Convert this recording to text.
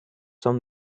some